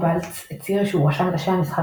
טורבאלדס הצהיר שהוא רשם את השם המסחרי